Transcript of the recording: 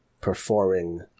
performing